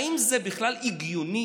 האם זה בכלל הגיוני?